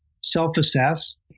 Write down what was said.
self-assess